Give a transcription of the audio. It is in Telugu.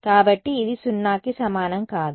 కాబట్టి ఇది సున్నాకి సమానం కాదు